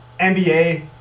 NBA